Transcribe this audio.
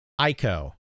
Ico